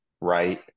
right